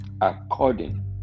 according